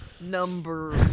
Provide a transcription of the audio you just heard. number